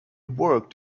worked